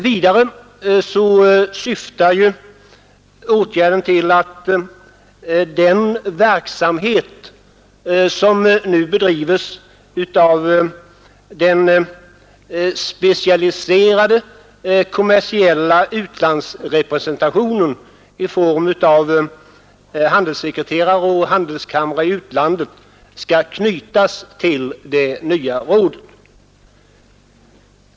Vidare syftar åtgärden till att den verksamhet som nu bedrives av den specialiserade kommersiella utlandsrepresentationen i form av handelssekreterare och handelskamrar i utlandet skall knytas till det nya rådet.